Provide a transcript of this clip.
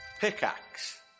Pickaxe